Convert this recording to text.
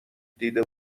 دیده